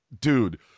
dude